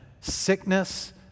sickness